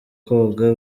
koga